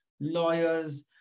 lawyers